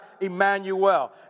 Emmanuel